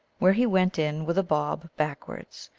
where he went in with a bob backwards.